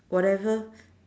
whatever